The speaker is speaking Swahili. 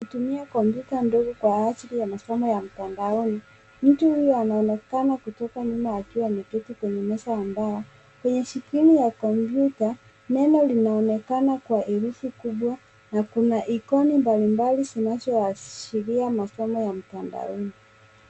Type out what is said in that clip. Kutumia kompyuta ndogo kwa ajili ya masomo ya mtandaoni. Mtu huyu anaonekana kutoka nyuma akiwa ameketi kwenye meza ya mbao. Kwenye skrini ya kompyuta, neno linaoonekana kwa herufi kubwa na ikoni mbali mbali zinazoashiria masomo ya mtandaoni.